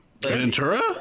Ventura